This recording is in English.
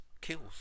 kills